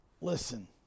Listen